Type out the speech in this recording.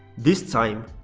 this time,